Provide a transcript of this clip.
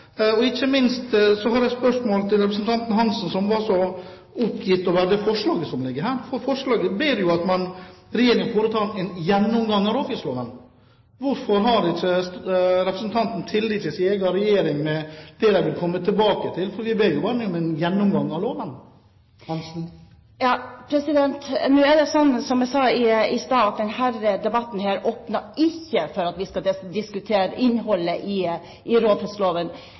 Representanten Hansen var oppgitt over det forslaget som ligger her. I forslaget ber en om at Regjeringen foretar en gjennomgang av råfiskloven. Hvorfor har ikke representanten tillit til sin egen regjering og det de vil komme tilbake til? For vi ber jo bare om en gjennomgang av loven. Neste replikant er Frank Bakke Jensen. Som jeg sa i stad: Denne debatten åpner ikke for at vi skal diskutere innholdet i råfiskloven. Og i